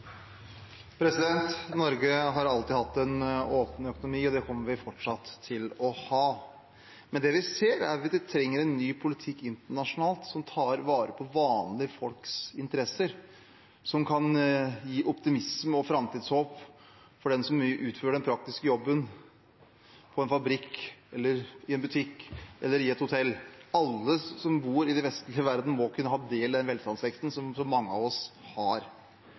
Norge har alltid hatt en åpen økonomi, og det kommer vi fortsatt til å ha. Men det vi ser, er at vi trenger en ny politikk internasjonalt som tar vare på vanlige folks interesser, og som kan gi optimisme og framtidshåp for dem som utfører den praktiske jobben på en fabrikk eller i en butikk eller i et hotell. Alle som bor i den vestlige verden, må kunne ha del i den velstandsveksten som så mange av oss har.